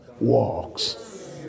works